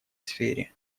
сфере